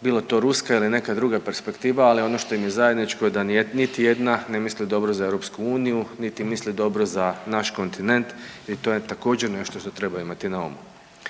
bilo to ruska ili neka druga perspektiva, ali ono što im je zajedničko da niti jedna ne misli dobro za EU niti misli dobro za naš kontinent i to je također nešto što treba imati na umu.